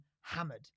hammered